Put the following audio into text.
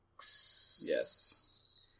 Yes